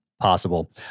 possible